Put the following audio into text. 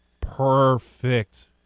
perfect